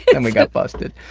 then we got busted.